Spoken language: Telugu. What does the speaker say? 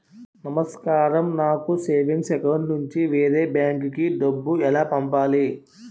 నమస్కారం నాకు సేవింగ్స్ అకౌంట్ నుంచి వేరే బ్యాంక్ కి డబ్బు ఎలా పంపాలి?